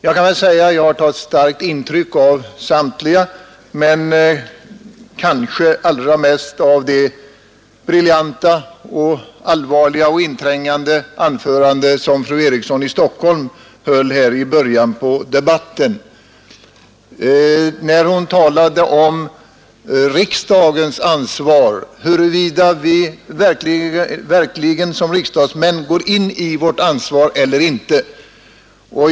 Jag har tagit starkt intryck av samtliga, men kanske allra mest av det briljanta, allvarliga och inträngande anförande som fru Eriksson i Stockholm höll i början på debatten när hon talade om riksdagens ansvar, huruvida vi som riksdagsmän verkligen går in i vårt ansvar eller inte.